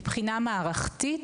מבחינה מערכתית.